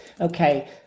Okay